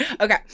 Okay